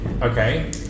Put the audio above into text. okay